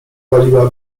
waliła